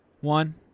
One